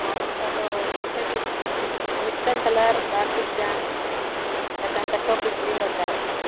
ᱦᱚᱸ ᱚᱱᱠᱟ ᱫᱚ ᱵᱟᱨᱯᱮ ᱯᱤᱥ ᱢᱤᱫ ᱢᱤᱫᱴᱟᱝ ᱠᱟᱞᱟᱨ ᱵᱟᱨᱯᱤᱥ ᱜᱟᱱ ᱠᱟᱛᱮ ᱚᱱᱠᱟ ᱪᱷᱚᱯᱤᱥ ᱞᱤᱧ ᱫᱚᱨᱠᱟᱨᱚᱜ ᱠᱟᱱᱟ